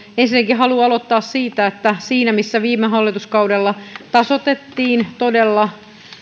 ensinnäkin haluan aloittaa siitä että siinä missä viime hallituskaudella tasoitettiin todella